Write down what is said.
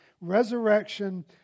Resurrection